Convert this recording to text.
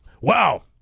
wow